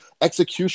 execution